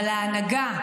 אבל ההנהגה,